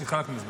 התחלקנו.